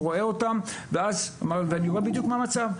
רואה אותם ואני רואה בדיוק מה המצב,